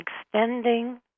Extending